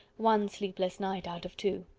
one sleepless night out of two.